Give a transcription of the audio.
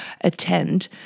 attend